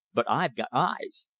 but i've got eyes.